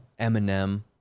Eminem